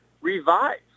revive